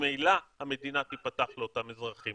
ממילא המדינה תיפתח לאותם אזרחים.